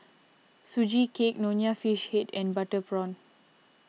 Sugee Cake Nonya Fish Head and Butter Prawn